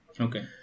Okay